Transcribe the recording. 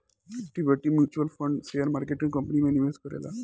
equity mutual fund share market के company में निवेश करेला